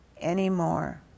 anymore